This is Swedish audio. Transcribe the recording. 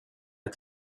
ett